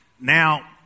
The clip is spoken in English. Now